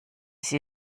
sie